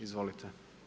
Izvolite.